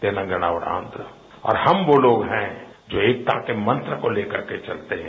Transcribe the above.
तेलंगाना और आंधा में और हम वो लोग हैं जो एकता के मंत्र को लेकर के चलते हैं